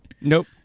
Nope